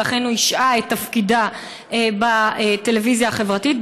ולכן הוא השעה את תפקידה בטלוויזיה החברתית,